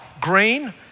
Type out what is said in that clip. green